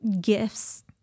gifts